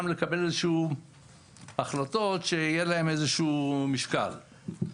לקבל איזה שהן החלטות שיהיה להן איזשהו משקל.